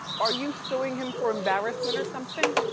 are you suing him for embarrassment or something?